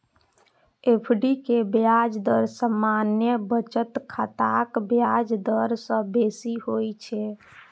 FD के ब्याज दर सामान्य बचत खाताक ब्याज दर सं बेसी होइ छै